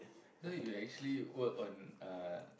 so you actually work on uh